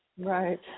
Right